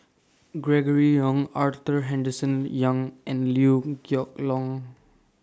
Gregory Yong Arthur Henderson Young and Liew Geok Leong